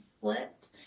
slipped